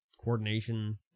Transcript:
coordination